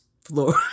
floor